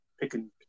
picking